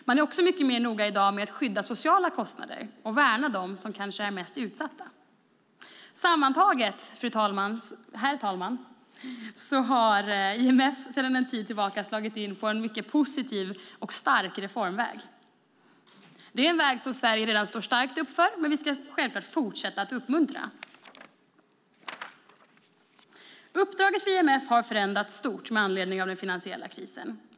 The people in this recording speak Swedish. Man är också mycket mer noga i dag med att skydda sociala kostnader och värna dem som kanske är mest utsatta. Herr talman! Sammantaget har IMF sedan en tid tillbaka slagit in på en mycket positiv och stark reformväg. Det är en väg som Sverige redan står starkt upp för, men vi ska självfallet fortsätta att uppmuntra den. Uppdraget för IMF har förändrats stort med anledning av den finansiella krisen.